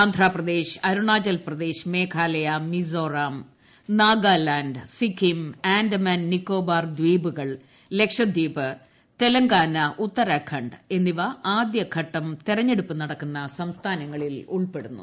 ആന്ധ്രാപ്രദേശ് അരുണാചൽ പ്രദേശ് മേഘാലയ മിസോറം നാഗാലാന്റ് സിക്കിം ആൻഡമാൻ നിക്കോബാർ ദ് ദ്വീപുകൾ ലക്ഷദ്വീപ് തെലങ്കാന ഉത്തരാഖണ്ഡ് എന്നിവ ആദ്യ ഘട്ടം തിരഞ്ഞെടുപ്പ് നടക്കുന്ന സംസ്ഥാനങ്ങ്ളിൽ ഉൾപ്പെടുന്നു